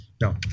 No